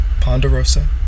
Ponderosa